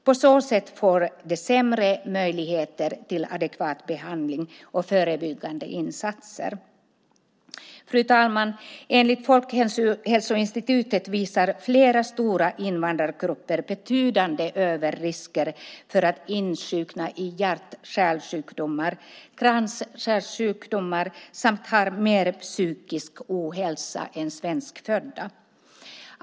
På så sätt får de sämre möjligheter till adekvat behandling och förebyggande insatser. Fru talman! Enligt Folkhälsoinstitutet uppvisar flera stora invandrargrupper betydande överrisker för att insjukna i hjärt-kärlsjukdomar och kranskärlssjukdomar. De har också mer psykisk ohälsa än svenskfödda.